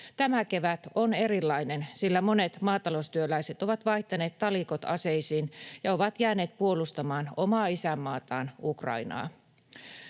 Tämä kevät on erilainen, sillä monet maataloustyöläiset ovat vaihtaneet talikot aseisiin ja jääneet puolustamaan omaa isänmaataan, Ukrainaa.